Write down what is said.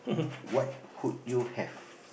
what would you have